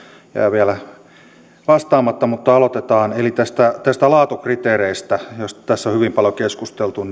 vielä vastaamatta mutta aloitetaan näistä laatukriteereistä joista tässä on hyvin paljon keskusteltu